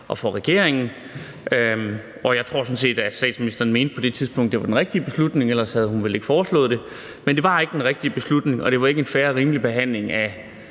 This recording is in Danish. og for regeringen, og jeg tror sådan set, at statsministeren på det tidspunkt mente, at det var den rigtige beslutning. Ellers havde hun vel ikke foreslået det. Men det var ikke den rigtige beslutning, og det var ikke en fair og rimelig behandling af